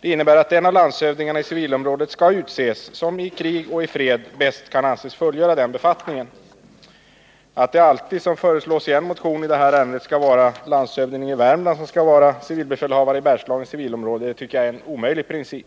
Det innebär att den av landshövdingarna i civilområdet skall utses som i krig och fred bäst kan anses fullgöra de uppgifter som är förenade med den befattningen. Att det alltid, som föreslås i en motion i detta ärende, skall vara landshövdingen i Värmlands län som skall vara civilbefälhavare i Bergslagens civilområde tycker jag är en omöjlig princip.